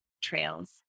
trails